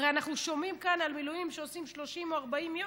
הרי אנחנו שומעים כאן על מילואים שעושים 30 או 40 יום.